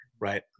right